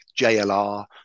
JLR